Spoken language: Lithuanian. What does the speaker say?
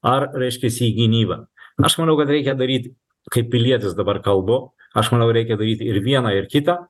ar reiškias į gynyba aš manau kad reikia daryt kaip pilietis dabar kalbu aš manau reikia daryt ir vieną ir kitą